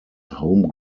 home